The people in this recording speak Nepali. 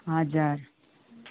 हजुर